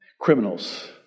criminals